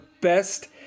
best